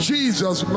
Jesus